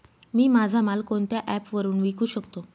मी माझा माल कोणत्या ॲप वरुन विकू शकतो?